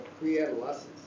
pre-adolescence